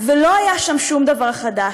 ולא היה שם שום דבר חדש.